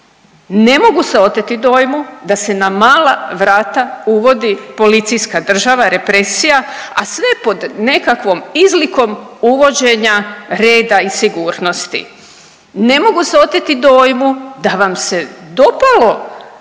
Ne mogu se oteti dojmu da se na mala vrata uvodi policijska država, represija, a sve pod nekakvom izlikom uvođenja reda i sigurnosti. Ne mogu se oteti dojmu da vam se dopalo kada